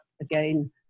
again